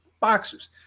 boxers